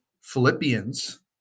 Philippians